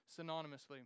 synonymously